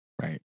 right